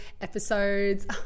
episodes